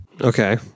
Okay